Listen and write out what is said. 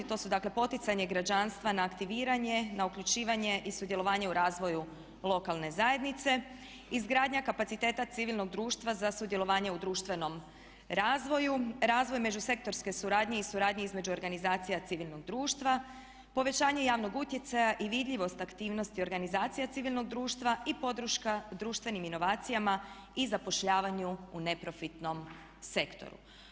To su dakle, poticanje građanstva na aktiviranje, na uključivanje i sudjelovanje u razvoju lokalne zajednice, izgradnja kapaciteta civilnog društva za sudjelovanje u društvenom razvoju, razvoj međusektorske suradnje i suradnje između organizacija civilnog društva, povećanje javnog utjecaja i vidljivost aktivnosti organizacija civilnog društva i podrška društvenim inovacijama i zapošljavanju u neprofitnom sektoru.